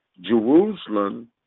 Jerusalem